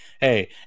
hey